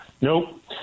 nope